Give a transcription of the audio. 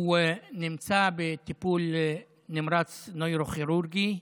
הוא נמצא בטיפול נמרץ נוירוכירורגי,